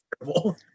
terrible